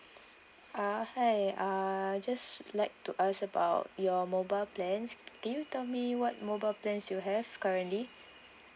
uh hi uh just like to ask about your mobile plans can you tell me what mobile plans you have currently